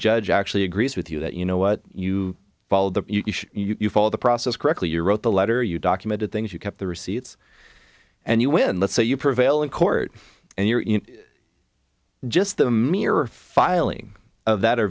judge actually agrees with you that you know what you followed that you follow the process correctly you wrote the letter you documented things you kept the receipts and you win let's say you prevail in court and you're just the mirror filing that